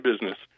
business